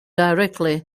directly